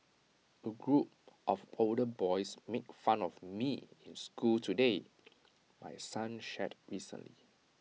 A group of older boys made fun of me in school today my son shared recently